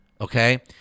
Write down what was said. okay